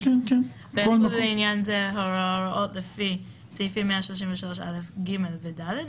ויחולו לעניין זה ההוראות לפי סעיפים 133א(ג) ו-(ד),